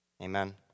amen